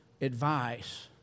advice